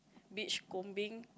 beach combing